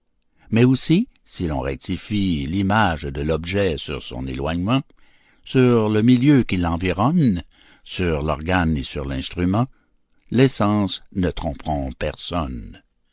mais aussi si l'on rectifie l'image de l'objet sur son éloignement sur le milieu qui l'environne sur l'organe et sur l'instrument les sens ne tromperont personne